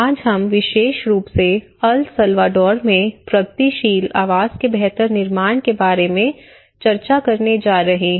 आज हम विशेष रूप से अल सल्वाडोर में प्रगतिशील आवास के बेहतर निर्माण के बारे में चर्चा करने जा रहे हैं